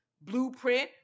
blueprint